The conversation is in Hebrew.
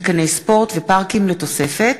מתקני ספורט ופארקים לתוספת),